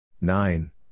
Nine